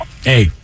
Hey